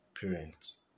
parents